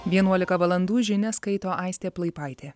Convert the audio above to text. vienuolika valandų žinias skaito aistė plaipaitė